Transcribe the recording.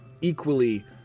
equally